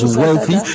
wealthy